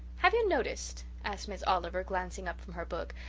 have you noticed, asked miss oliver, glancing up from her book,